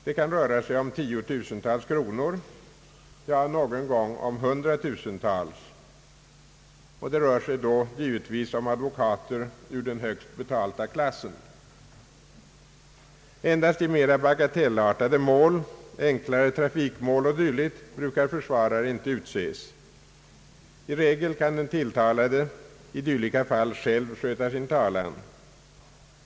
Det kan röra sig om tiotusentals kronor, ja någon gång om hundratusentals, och det rör sig då givetvis om advokater ur den högst betalda klassen. Endast i mera bagatellartade mål, enklare trafikmål och dylikt, brukar försvarare inte utses. I regel kan den tilltalade i dylika fall själv sköta sin talan.